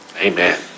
Amen